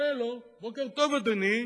הלו, בוקר טוב, אדוני.